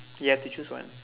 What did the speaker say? you have to choose one